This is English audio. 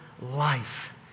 life